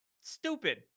stupid